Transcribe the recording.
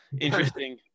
interesting